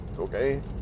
Okay